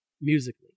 musically